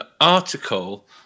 article